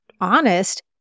honest